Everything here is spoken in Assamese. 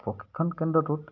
প্ৰশিক্ষণ কেন্দ্ৰটোত